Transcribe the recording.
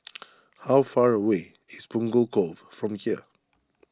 how far away is Punggol Cove from here